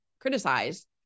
criticize